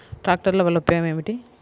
ట్రాక్టర్ల వల్ల ఉపయోగం ఏమిటీ?